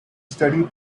studied